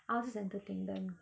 I will just entertain them